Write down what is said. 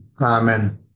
Amen